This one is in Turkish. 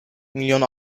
milyon